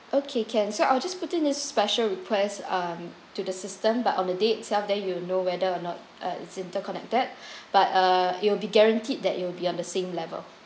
okay can so I'll just put in a special requests um to the system but on the date itself then you will know whether or not it's interconnect but uh it'll be guaranteed that it will be on the same level